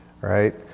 right